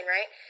Right